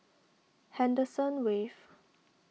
Henderson Wave